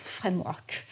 framework